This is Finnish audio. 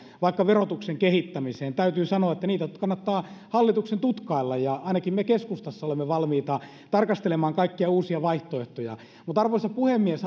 vaikka verotuksen kehittämiseen täytyy sanoa että niitä kannattaa hallituksen tutkailla ja ainakin me keskustassa olemme valmiita tarkastelemaan kaikkia uusia vaihtoehtoja arvoisa puhemies